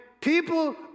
people